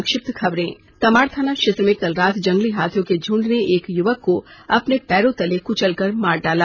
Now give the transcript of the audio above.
संक्षिप्त खबर तमाड़ थाना क्षेत्र में कल रात जंगली हाथियों के झुंड ने एक युवक को अपने पैरों तले कुचल कर मार डाला